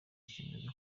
kimaze